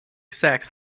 sax